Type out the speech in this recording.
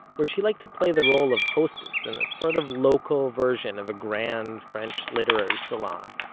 where she liked to play the role of hostess in a sort of local version of a grand french literary salon.